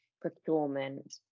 procurement